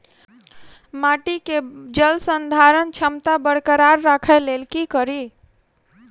माटि केँ जलसंधारण क्षमता बरकरार राखै लेल की कड़ी?